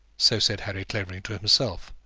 so said harry clavering to himself.